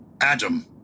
Adam